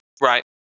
Right